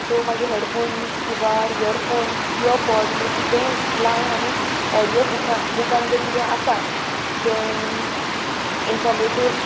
so मागीर headphones किवार earphones यो पोड हे कितेंय लावन आमी ऑडियो बुकां बुकान जे कितें आसा जे इन्फॉमेटीव